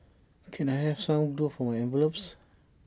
can I have some glue for my envelopes